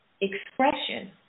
expression